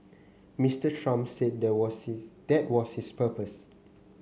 Mister Trump said that was his that was his purpose